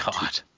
God